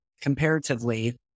comparatively